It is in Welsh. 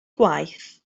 gwaith